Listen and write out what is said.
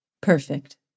Perfect